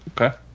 Okay